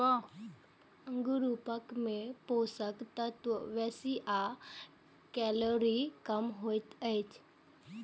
अंगूरफल मे पोषक तत्व बेसी आ कैलोरी कम होइ छै